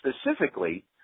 specifically